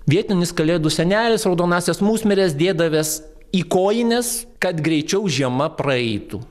vietinis kalėdų senelis raudonąsias musmires dėdavęs į kojines kad greičiau žiema praeitų